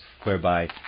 whereby